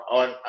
on